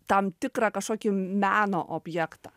tam tikrą kažkokį meno objektą